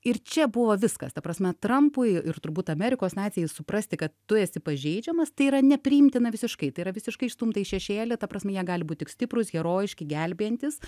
ir čia buvo viskas ta prasme trampui ir turbūt amerikos nacijai suprasti kad tu esi pažeidžiamas tai yra nepriimtina visiškai tai yra visiškai išstumta į šešėlį ta prasme jie gali būt tik stiprūs herojiški gelbėjantys